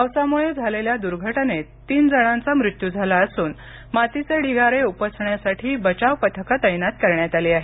पावसामुळे झालेल्या दुर्घटनेत तीन जणांचा मृत्यू झाला असून मातीचे ढिगारे उपसण्यासाठी बचाव पथक तैनात करण्यात आली आहेत